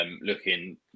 Looking